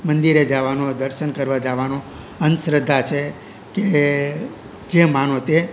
મંદિરે જવાનો દર્શન કરવા જવાનો અંધશ્રદ્ધા છે કે જે માનો તે